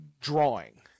drawing